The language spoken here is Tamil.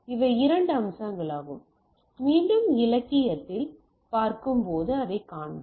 இவை இரண்டு அம்சங்களாகும் மீண்டும் இலக்கியத்தில் பார்க்கும்போது அதைக் காண்போம்